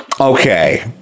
Okay